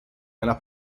nella